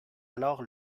alors